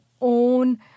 own